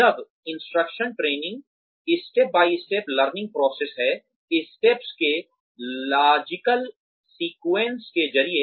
job instruction training step by step learning process है steps के logical sequence के जरिए